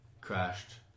crashed